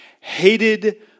hated